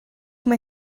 mae